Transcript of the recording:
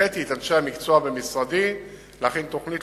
הנחיתי את אנשי המקצוע במשרדי להכין תוכנית